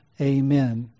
amen